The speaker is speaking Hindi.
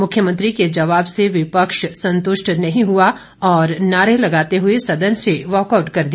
मुख्यमंत्री के जवाब से विपक्ष संतुष्ट नहीं हुआ और नारे लगाते हुए सदन से वॉकआउट कर दिया